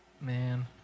Man